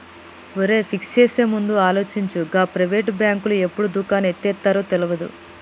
ఒరేయ్, ఫిక్స్ చేసేముందు ఆలోచించు, గా ప్రైవేటు బాంకులు ఎప్పుడు దుకాణం ఎత్తేత్తరో తెల్వది